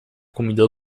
comida